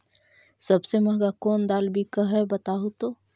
सबसे महंगा कोन दाल बिक है बताहु तो?